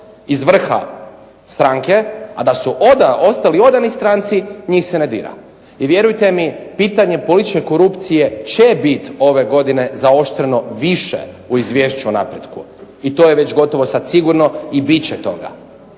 iz vrha stranke, a da su ostali odani stranci njih se ne dira. I vjerujte mi pitanje političke korupcije će biti ove godine zaoštreno više u Izvješću o napretku. I to je već gotovo sad sigurno i bit će toga.